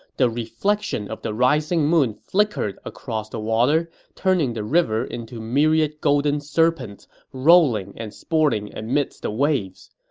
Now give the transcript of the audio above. the reflection of the rising moon flickered across the water, turning the river into myriad golden serpents rolling and sporting amidst the waves.